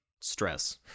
stress